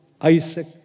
Isaac